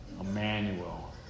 Emmanuel